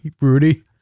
Rudy